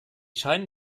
scheinen